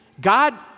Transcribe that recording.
God